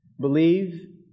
believe